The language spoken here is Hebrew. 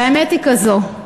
והאמת היא כזאת: